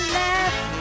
left